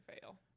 fail